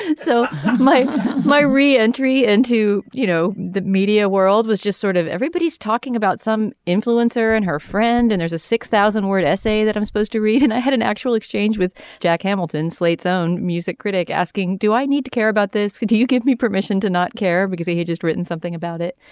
and so i my reentry into you know the media world was just sort of everybody's talking about some influencer and her friend and there's a six thousand word essay that i'm supposed to read and i had an actual exchange with jack hamilton slate's own music critic asking do i need to care about this. can you give me permission to not care because i had just written something about it.